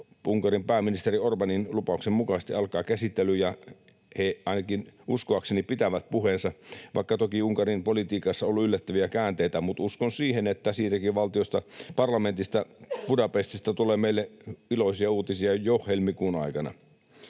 Unkarin pääministeri Orbánin lupauksen mukaisesti käsittelyn alkaa, ja he — ainakin uskoakseni — pitävät puheensa, vaikka toki Unkarin politiikassa on ollut yllättäviä käänteitä. Mutta uskon siihen, että siitäkin valtiosta, parlamentista Budapestistä, tulee meille iloisia uutisia jo helmikuun aikana.